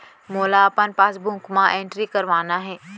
मोला अपन पासबुक म एंट्री करवाना हे?